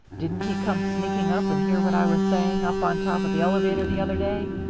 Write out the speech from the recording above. didn't he come sneaking up and hear what i was saying up on top of the elevator the other day?